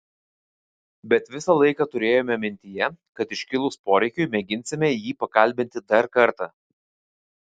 bet visą laiką turėjome mintyje kad iškilus poreikiui mėginsime jį pakalbinti dar kartą